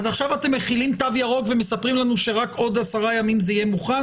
עכשיו אתם מחילים תו ירוק ומספרים לנו שרק עוד 10 ימים זה יהיה מוכן?